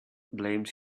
blames